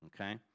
okay